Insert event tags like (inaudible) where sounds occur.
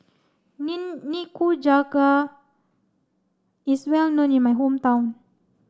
(unintelligible) Nikujaga is well known in my hometown